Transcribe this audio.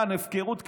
הפקרות כללית.